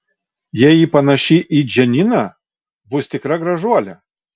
jei ji panaši į džaniną bus tikra gražuolė